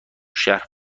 شهر